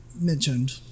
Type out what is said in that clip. mentioned